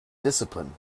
discipline